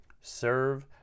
Serve